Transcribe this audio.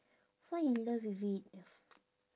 fall in love with it